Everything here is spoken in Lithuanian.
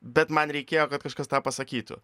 bet man reikėjo kad kažkas tą pasakytų